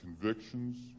convictions